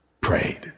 Prayed